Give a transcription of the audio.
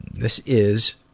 this is,